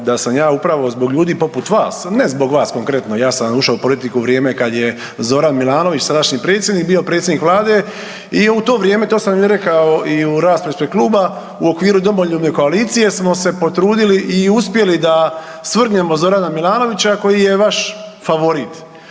da sam ja upravo zbog ljudi poput vas, ne zbog vas konkretno, ja sam ušao u politiku u vrijeme kad je Zoran Milanović sadašnji predsjednik bio predsjednik vlade i u to vrijeme, to sam i rekao u raspravi ispred kluba u okviru domoljubne koalicije smo se potrudili i uspjeli da svrgnemo Zorana Milanovića koji je vaš favorit.